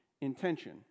intention